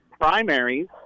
primaries